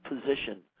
position